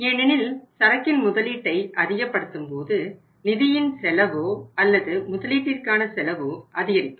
ஏனெனில் சரக்கின் முதலீட்டை அதிகப்படுத்தும் போது நிதியின் செலவோ அல்லது முதலீட்டிற்கான செலவோ அதிகரிக்கும்